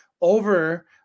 over